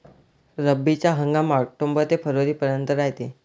रब्बीचा हंगाम आक्टोबर ते फरवरीपर्यंत रायते